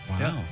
Wow